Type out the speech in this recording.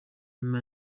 nyuma